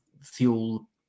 fuel